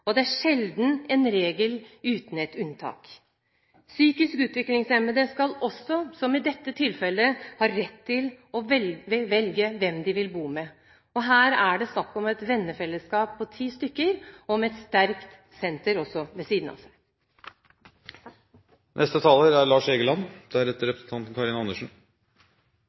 Det er sjelden en regel uten et unntak. Psykisk utviklingshemmede skal også – som i dette tilfellet – ha rett til å velge hvem de vil bo med. Her er det snakk om et vennefellesskap på ti personer, med et sterkt senter ved siden av.